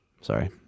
sorry